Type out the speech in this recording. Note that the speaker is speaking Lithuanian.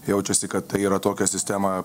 jaučiasi kad yra tokia sistema